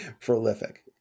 prolific